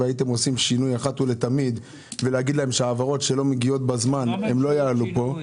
הייתם עושים שינוי ולומר להם שהעברות שלא מגיעות בזמן לא יעלו כאן.